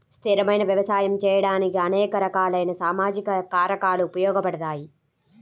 స్థిరమైన వ్యవసాయం చేయడానికి అనేక రకాలైన సామాజిక కారకాలు ఉపయోగపడతాయి